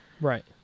Right